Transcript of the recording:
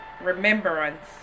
remembrance